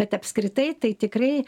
bet apskritai tai tikrai